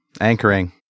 Anchoring